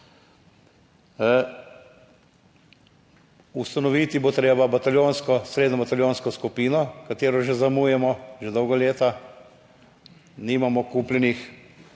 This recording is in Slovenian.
Ustanoviti bo treba bataljonsko, srednjo bataljonsko skupino, katero že zamujamo. Že dolga leta nimamo kupljenih